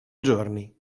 giorni